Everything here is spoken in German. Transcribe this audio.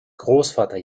großvater